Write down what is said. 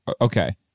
Okay